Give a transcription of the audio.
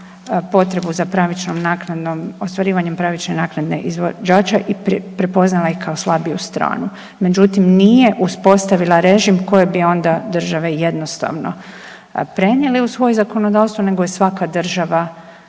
potrebu za pravičnom naknadom, ostvarivanjem pravične naknade izvođača prepoznala i kao slabiju stranu. Međutim nije uspostavila režim koje bi države onda jednostavno prenijele u svoje zakonodavstvo, nego je svaka država